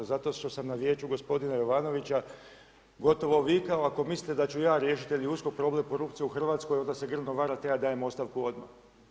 Zato što sam na vijeću gospodina Jovanovića gotovo vikao, ako mislite da ću ja riješit ili USKOK problem korupcije u Hrvatskoj, onda se grdno varate, ja dajem ostavku odmah.